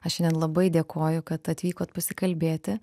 aš šiandien labai dėkoju kad atvykot pasikalbėti